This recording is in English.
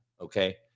Okay